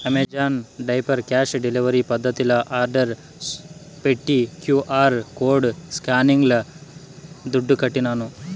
Amazon diaper cash delivery పద్దతిల order పెట్టి QR code స్కానింగ్ల దుడ్లుకట్టినాను